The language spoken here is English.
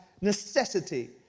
necessity